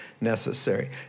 necessary